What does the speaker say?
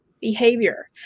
behavior